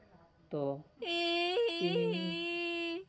ᱛᱚ ᱤᱧᱤᱧ